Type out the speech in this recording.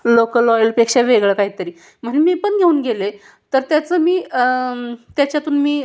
local ऑईलपेक्षा वेगळं काहीतरी म्हणून मी पण घेऊन गेले तर त्याचं मी त्याच्यातून मी